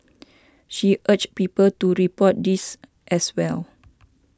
she urged people to report these as well